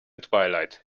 twilight